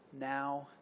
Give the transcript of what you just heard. now